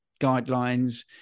guidelines